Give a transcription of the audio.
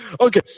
Okay